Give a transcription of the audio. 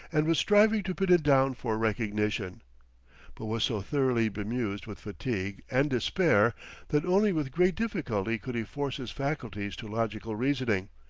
and was striving to pin it down for recognition but was so thoroughly bemused with fatigue and despair that only with great difficulty could he force his faculties to logical reasoning,